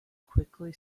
quickly